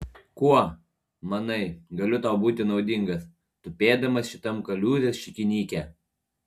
kuo manai galiu tau būti naudingas tupėdamas šitam kaliūzės šikinyke